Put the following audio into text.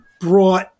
brought